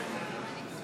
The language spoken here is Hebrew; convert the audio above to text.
לא נותנים להם